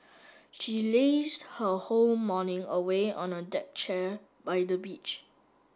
she lazed her whole morning away on a deck chair by the beach